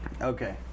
Okay